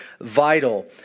vital